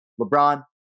LeBron